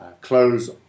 close